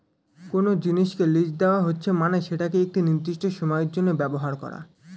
কোনো জিনিসকে লীজ দেওয়া হচ্ছে মানে সেটাকে একটি নির্দিষ্ট সময়ের জন্য ব্যবহার করা